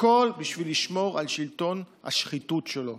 הכול בשביל לשמור על שלטון השחיתות שלו.